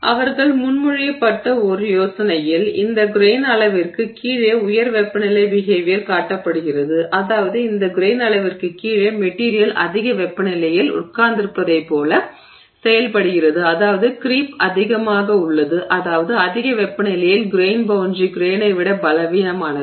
அவர்கள் முன்மொழியப்பட்ட ஒரு யோசனையில் இந்த கிரெய்ன் அளவிற்குக் கீழே உயர் வெப்பநிலை பிஹேவியர் காட்டப்படுகிறது அதாவது இந்த கிரெய்ன் அளவிற்குக் கீழே மெட்டிரியல் அதிக வெப்பநிலையில் உட்கார்ந்திருப்பதைப் போல செயல்படுகிறது அதாவது கிரீப் அதிமாக உள்ளது அதாவது அதிக வெப்பநிலையில் கிரெய்ன் பௌண்டரி கிரெய்னை விட பலவீனமானது